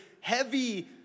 heavy